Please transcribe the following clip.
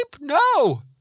No